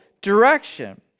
direction